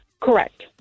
Correct